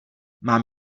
mám